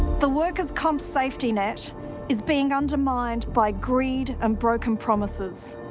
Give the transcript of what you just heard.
the workers' comp safety net is being undermined by greed and broken promises,